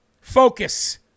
focus